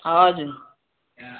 हजुर